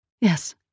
Yes